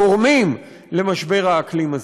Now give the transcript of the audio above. הגורמים למשבר האקלים הזה.